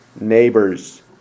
neighbors